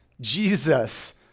Jesus